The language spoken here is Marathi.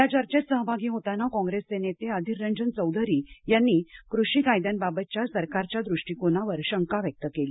या चर्चेत सहभागी होताना कॉंग्रेसचे नेते अधीररंजन चौधरी यांनी कृषी कायद्यांबाबतच्या सरकारच्या दृष्टिकोनावर शंका व्यक्त केली